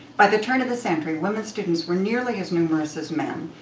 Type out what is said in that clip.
by the turn of the century, women students were nearly as numerous as men,